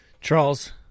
Charles